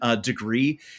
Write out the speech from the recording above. degree